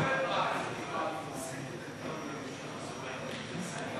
ההצעה להעביר את הנושא לוועדה שתקבע ועדת הכנסת נתקבלה.